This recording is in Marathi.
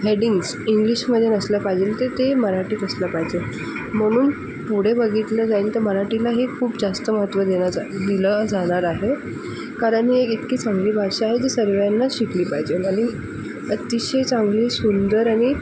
हेडीन्ग्स इंग्लिशमध्ये नसल्या पाहिजेल तर ते मराठीत असल्या पाहिजे म्हणून पुढे बघितलं जाईल तर मराठीलाही खूप जास्त महत्व दिला जान दिलं जाणार आहे कारण ही इतकी चांगली भाषा आहे जी सर्वांना शिकली पाहिजे आणि अतिशय चांगली सुंदर आणि